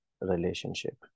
relationship